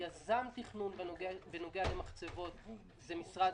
יזם התכנון בנוגע למחצבות הוא משרד